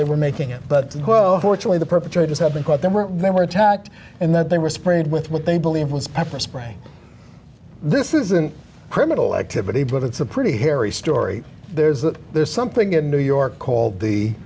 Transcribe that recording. they were making it but well unfortunately the perpetrators have been caught there were they were attacked and that they were sprayed with what they believe was pepper spray this isn't criminal activity but it's a pretty hairy story there is that there's something in new york called the